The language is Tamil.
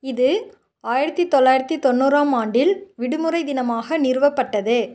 இது ஆயிரத்தி தொள்ளாயிரத்தி தொண்ணூறாம் ஆண்டில் விடுமுறை தினமாக நிறுவப்பட்டது